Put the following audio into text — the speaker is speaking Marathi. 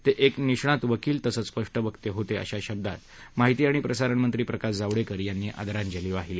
ते एक निष्णात वकील तसंच स्पष्टवक्ते होते अशा शब्दांत माहिती आणि प्रसारण मंत्री प्रकाश जावडेकर यांनी आदरांजली वाहिली